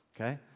Okay